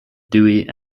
dewey